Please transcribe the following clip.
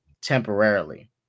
temporarily